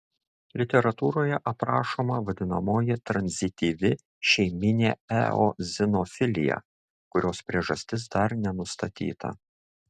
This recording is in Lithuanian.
literatūroje aprašoma vadinamoji tranzityvi šeiminė eozinofilija kurios priežastis dar nenustatyta